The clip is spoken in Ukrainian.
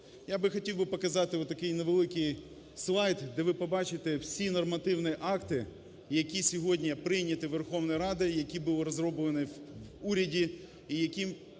Я би хотів показати отакий невеликий слайд, де ви побачити всі нормативні акти, які сьогодні прийняті Верховною Радою, які були розроблені в уряді і яким